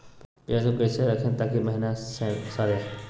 प्याज को कैसे रखे ताकि महिना सड़े?